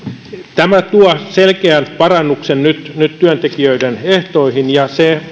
tämä tuo selkeän parannuksen nyt nyt työntekijöiden ehtoihin ja se